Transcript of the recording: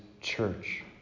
church